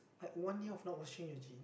one year of not washing your jeans